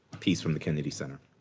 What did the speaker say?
peace from the kennedy center.